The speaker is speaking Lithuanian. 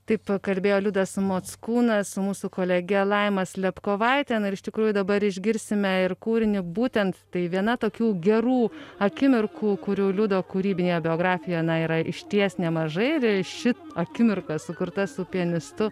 taip kalbėjo liudas mockūnas mūsų kolegė laima slepkovaitė na ir iš tikrųjų dabar išgirsime ir kūrinį būtent tai viena tokių gerų akimirkų kurių liudo kūrybinėje biografijoje yra išties nemažai ir ši akimirka sukurta su pianistu